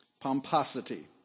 pomposity